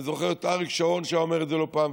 אני זוכר את אריק שרון שהיה אומר את זה לא פעם,